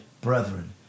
brethren